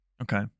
Okay